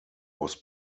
was